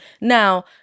Now